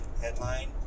headline